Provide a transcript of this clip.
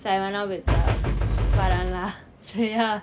so I went out with Paran :paran so ya